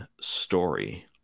story